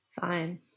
Fine